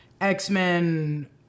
X-Men